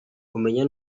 umenya